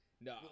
no